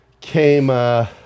came